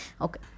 okay